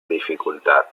dificultad